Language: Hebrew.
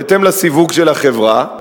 בהתאם לסיווג של החברה.